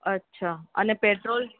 અચ્છા અને પેટ્રોલ